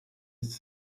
its